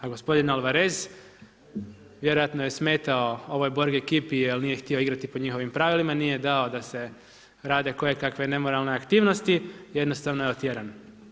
A gospodin Alvarez vjerojatno je smetao ovoj Borg ekipi jel nije htio igrati po njihovim pravilima, nije dao da se rade kojekakve nemoralne aktivnosti, jednostavno je otjeran.